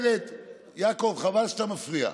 יעקב, חבל שאתה מפריע.